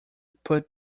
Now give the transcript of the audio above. put